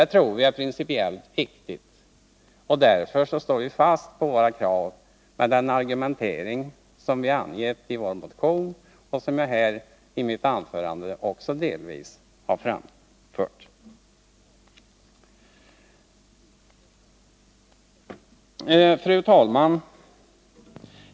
Det tror vi är principiellt riktigt, och därför står vi fast vid det, på grundval av de argument som anförs i vår motion och som jag här delvis har framfört. Fru talman!